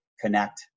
connect